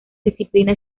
disciplina